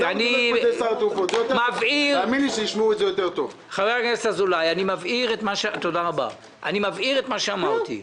אני מבהיר את מה שאמרתי.